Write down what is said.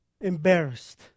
embarrassed